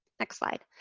next slide.